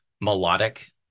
melodic